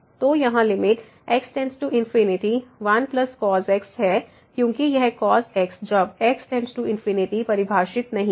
तो यहां limit x→∞ 1cos x है क्योंकि यह cos xजब x→∞ परिभाषित नहीं है